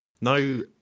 No